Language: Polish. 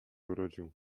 urodził